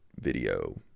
video